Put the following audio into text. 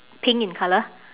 pink in colour